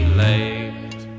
late